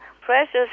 precious